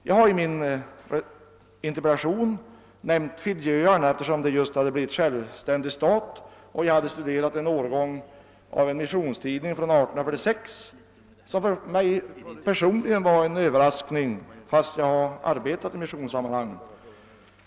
Jag har i min interpellation nämnt Fidjiöarna eftersom de just hade blivit en självständig stat och jag hade studerat en årgång av en missionstidning från 1846. Uppgifterna i den var för mig personligen en överraskning trots att jag har arbetat i missionssammanhang.